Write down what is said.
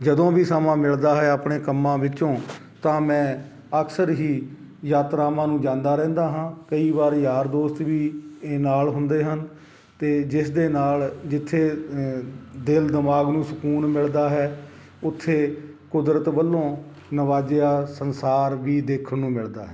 ਜਦੋਂ ਵੀ ਸਮਾਂ ਮਿਲਦਾ ਹੈ ਆਪਣੇ ਕੰਮਾਂ ਵਿੱਚੋਂ ਤਾਂ ਮੈਂ ਅਕਸਰ ਹੀ ਯਾਤਰਾਵਾਂ ਨੂੰ ਜਾਂਦਾ ਰਹਿੰਦਾ ਹਾਂ ਕਈ ਵਾਰ ਯਾਰ ਦੋਸਤ ਵੀ ਇਹ ਨਾਲ ਹੁੰਦੇ ਹਨ ਅਤੇ ਜਿਸ ਦੇ ਨਾਲ ਜਿੱਥੇ ਦਿਲ ਦਿਮਾਗ ਨੂੰ ਸਕੂਨ ਮਿਲਦਾ ਹੈ ਉੱਥੇ ਕੁਦਰਤ ਵੱਲੋਂ ਨਿਵਾਜਿਆ ਸੰਸਾਰ ਵੀ ਦੇਖਣ ਨੂੰ ਮਿਲਦਾ ਹੈ